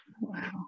Wow